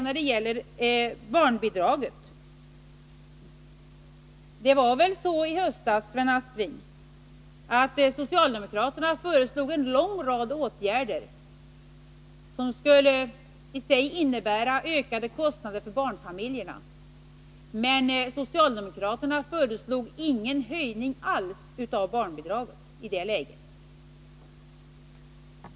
När det gäller barnbidraget vill jag säga till Sven Aspling att socialdemokraterna i höstas föreslog en lång rad åtgärder som i sig skulle innebära ökade kostnader för barnfamiljerna. Men socialdemokraterna föreslog ingen höjning alls av barnbidraget i det läget.